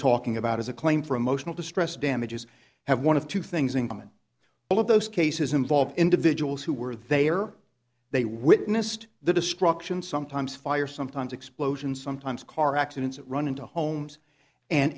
talking about is a claim for emotional distress damages have one of two things in common all of those cases involve individuals who were they are they witnessed the destruction sometimes fire sometimes explosions sometimes car accidents run into homes and